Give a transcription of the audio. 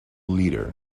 leader